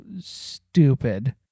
stupid